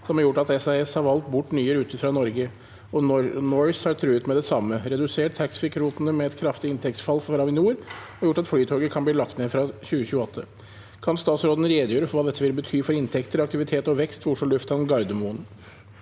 som har gjort at SAS har valgt bort nye ruter fra Norge, og Norse har truet med det samme, redusert taxfreekvotene med et kraftig inntekts- fall for Avinor, og gjort at Flytoget kan bli lagt ned fra 2028. Kan statsråden redegjøre for hva dette vil bety for inntekter, aktivitet og vekst ved Oslo lufthavn Garder- moen?»